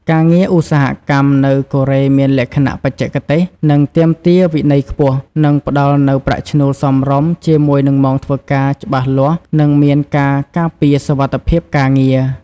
ការងារឧស្សាហកម្មនៅកូរ៉េមានលក្ខណៈបច្ចេកទេស និងទាមទារវិន័យខ្ពស់ និងផ្ដល់នូវប្រាក់ឈ្នួលសមរម្យ ជាមួយនឹងម៉ោងធ្វើការច្បាស់លាស់ និងមានការការពារសុវត្ថិភាពការងារ ។